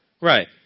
Right